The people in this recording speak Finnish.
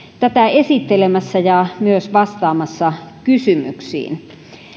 esittelemässä ja myös vastaamassa kysymyksiin